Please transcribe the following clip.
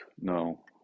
No